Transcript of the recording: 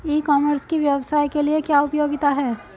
ई commerce की व्यवसाय के लिए क्या उपयोगिता है?